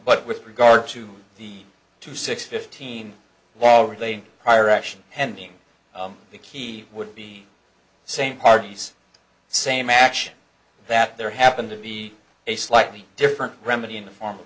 but with regard to the two six fifteen while relating prior action pending the key would be same parties the same action that there happened to be a slightly different remedy in the form of